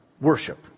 worship